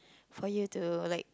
for you to like